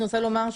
אני רוצה לומר,